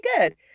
good